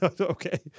Okay